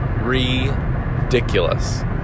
ridiculous